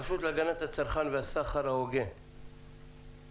הרשות להגנת הצרכן והסחר ההוגן, בבקשה.